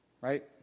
right